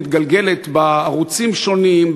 מתגלגלת בערוצים שונים,